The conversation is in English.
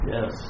Yes